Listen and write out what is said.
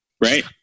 right